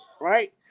right